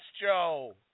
Joe